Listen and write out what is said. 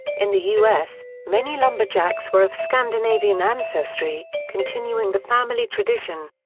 in the u s, many lumberjacks were of scandinavian ancestry, continuing the family tradition.